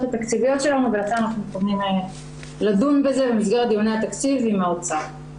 התקציביות שלנו ולכן אנחנו מתכוונים לדון בזה במסגרת דיוני התקציב עם האוצר.